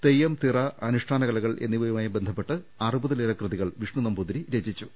തെയ്യം തിറ അനുഷ്ടാന് കലകൾ എന്നിവയു മായി ബന്ധപ്പെട്ട് അറുപതിലേറെ കൃതികൾ വിഷ്ണു നമ്പൂതിരി രചിച്ചു